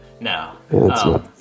No